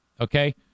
okay